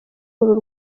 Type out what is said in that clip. uru